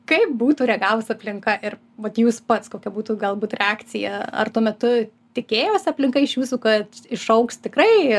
kaip būtų reagavus aplinka ir vat jūs pats kokia būtų galbūt reakcija ar tuo metu tikėjosi aplinka iš jūsų kad išaugs tikrai